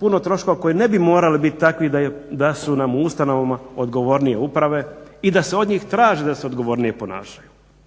puno troškova koji ne bi morali bit takvi da su nam u ustanovama odgovornije uprave i da se od njih traži da se odgovornije ponašaju.